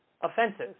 offenses